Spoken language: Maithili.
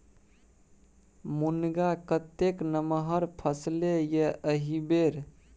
मुनगा कतेक नमहर फरलै ये एहिबेर